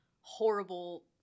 horrible